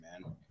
man